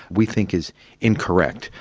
we think is incorrect.